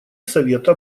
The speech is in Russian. совета